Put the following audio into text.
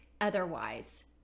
otherwise